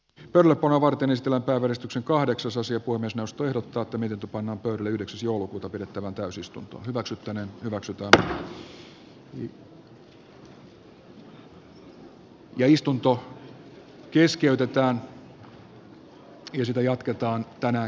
turku nuorten ystävät ahdistuksen kahdeksasosia kuin myös nosturiratatunnelitupana on yhdeksäs joulukuuta pidettävään täysistunto keskeytetään ja sitä jatketaan tänään